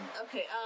Okay